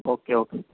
okay okay